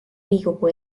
riigikogu